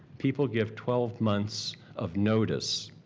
people give twelve months of notice.